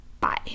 Bye